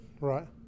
right